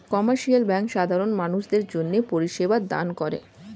commercial bank সাধারণ মানুষদের জন্যে পরিষেবা দান করে